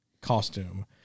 costume